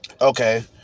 Okay